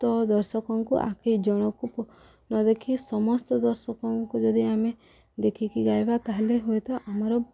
ତ ଦର୍ଶକଙ୍କୁ ଆଖି ଜଣକୁ ନ ଦେଖି ସମସ୍ତ ଦର୍ଶକଙ୍କୁ ଯଦି ଆମେ ଦେଖିକି ଗାଇବା ତାହେଲେ ହୁଏତ ଆମର